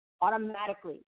automatically